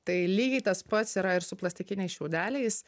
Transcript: tai lygiai tas pats yra ir su plastikiniais šiaudeliais